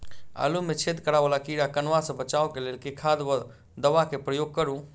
आलु मे छेद करा वला कीड़ा कन्वा सँ बचाब केँ लेल केँ खाद वा दवा केँ प्रयोग करू?